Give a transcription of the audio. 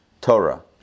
Torah